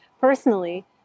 personally